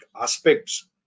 aspects